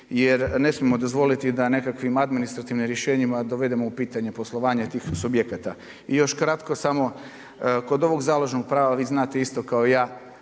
jer ne smijemo dozvoliti da nekakvim administrativnim rješenjima dovedemo u pitanje poslovanje tih subjekata. I još kratko samo, kod ovog založnog prava, vi znate isto kao i